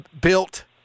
built